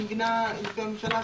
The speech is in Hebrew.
אני מבינה לפי הממשלה,